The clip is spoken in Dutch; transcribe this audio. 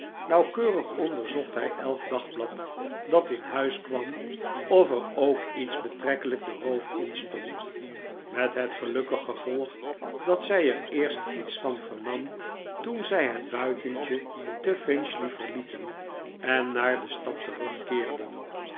nauwkeurig onderzocht hij elk dagblad dat in huis kwam of er ook iets betrekkelijk den roof in stond met het gelukkig gevolg dat zij er eerst iets van vernam toen zij het buitentje te finchley verlieten en naar de stad terugkeerden